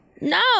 no